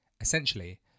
Essentially